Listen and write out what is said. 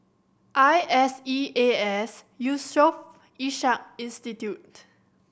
I S E A S Yusof Ishak Institute